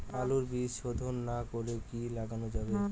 আলুর বীজ শোধন না করে কি লাগানো যাবে?